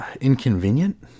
inconvenient